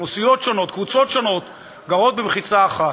אוכלוסיות שונות, קבוצות שונות גרות במחיצה אחת.